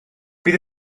bydd